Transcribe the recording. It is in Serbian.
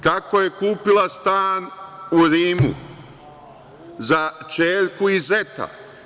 Kako je kupila stan u Rimu za ćerku i zeta?